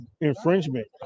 infringement